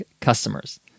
customers